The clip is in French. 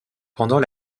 pendant